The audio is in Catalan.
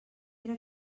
era